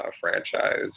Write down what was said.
franchise